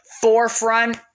forefront